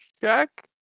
check